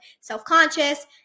self-conscious